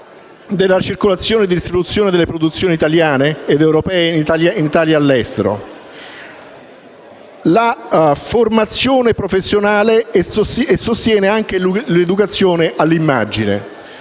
della circolazione e distribuzione delle produzioni italiane ed europee in Italia e all'estero; la formazione professionale e il sostegno anche all'educazione all'immagine.